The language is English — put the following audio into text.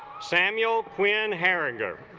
samuel quinn herring er